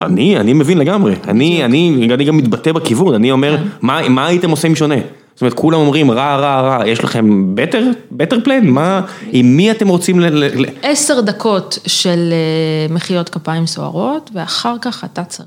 אני אני מבין לגמרי, אני אני אני גם מתבטא בכיוון, אני אומר, מה הייתם עושים שונה? זאת אומרת, כולם אומרים, רע, רע, רע, יש לכם בטר, בטר פליין? עם מי אתם רוצים... 10 דקות של מחיאות כפיים סוערות, ואחר כך אתה צריך...